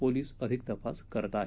police अधिक तपास करत आहेत